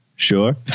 Sure